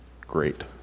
Great